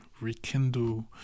rekindle